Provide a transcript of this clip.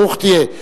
ברוך תהיה.